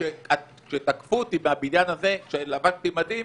כשתקפו אותי בבניין הזה כשלבשתי מדים,